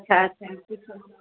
अच्छा अच्छा ॾिसो